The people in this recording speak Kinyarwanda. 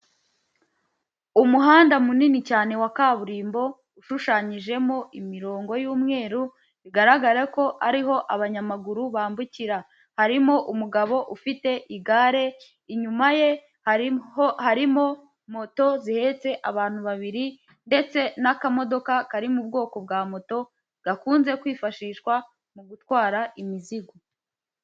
Umuhanda munini cyane wa kaburimbo ushushanyijemo imirongo y'umweru bigaragara ko ariho abanyamaguru bambukira harimo umugabo ufite igare, inyuma ye hari harimo moto zihetse abantu babiri ndetse n'akamodoka kari mu bwoko bwa moto gakunze kwifashishwa mu gutwara imizigo.